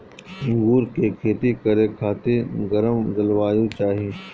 अंगूर के खेती करे खातिर गरम जलवायु चाही